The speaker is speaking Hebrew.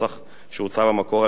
שהוצע במקור על-ידי הממשלה,